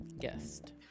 guest